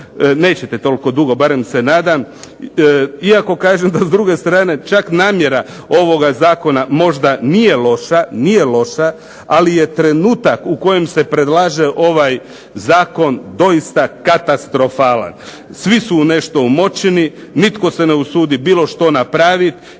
Nećete toliko dugo barem se nadam, iako kažem da s druge strane čak namjera ovoga zakona možda nije loša, ali je trenutak u kojem se predlaže ovaj zakon doista katastrofalan. Svi su u nešto umočeni. Nitko se ne usudi bilo što napraviti